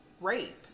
rape